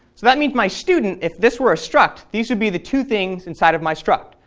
that means my student, if this were a struct, these would be the two things inside of my struct,